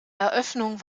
eröffnung